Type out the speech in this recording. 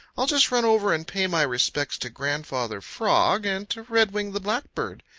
i'll just run over and pay my respects to grandfather frog, and to redwing the blackbird.